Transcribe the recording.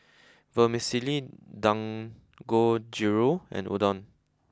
Vermicelli Dangojiru and Udon